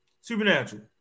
Supernatural